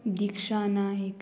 Diksha Naik